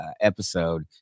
episode